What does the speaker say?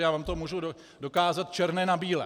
Já vám to můžu dokázat černé na bílém.